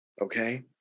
Okay